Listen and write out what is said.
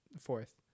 Fourth